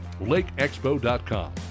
LakeExpo.com